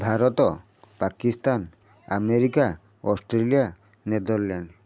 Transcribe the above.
Bharat Pakistan America Australia Netherland